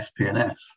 SPNS